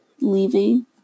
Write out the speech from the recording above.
leaving